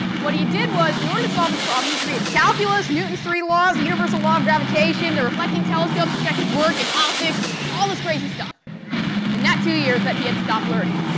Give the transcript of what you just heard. what he did was, in order to solve this problem he created calculus, newton's three laws, the universal law of gravitation, the reflecting telescope to check his work, and optics, and all this crazy stuff in that two years that he had stopped learning.